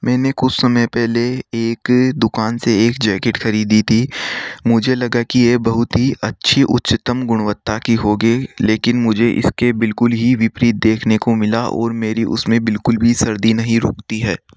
मैंने कुछ समय पहले एक दुकान से एक जैकेट खरीदी थी मुझे लगा कि यह बहुत ही अच्छी उच्चतम गुणवत्ता की होगी लेकिन मुझे इसके बिल्कुल ही विपरीत देखने को मिला और मेरी उसमें बिल्कुल भी सर्दी नहीं रुकती है